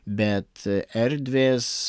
bet erdvės